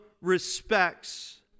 respects